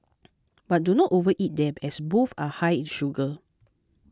but do not overeat them as both are high in sugar